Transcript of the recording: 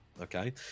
Okay